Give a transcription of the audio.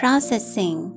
Processing